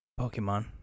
Pokemon